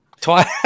Twice